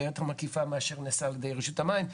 יותר מקיפה מאשר נעשה על ידי רשות המים,